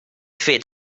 fet